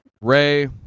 Ray